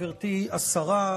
גברתי השרה,